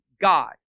god